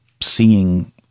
seeing